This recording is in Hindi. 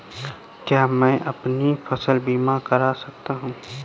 क्या मैं अपनी फसल बीमा करा सकती हूँ?